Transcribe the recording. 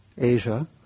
Asia